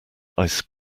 ice